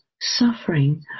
suffering